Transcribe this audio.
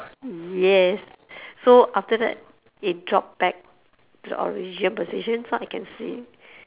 yes so after that it dropped back to the original position so I can see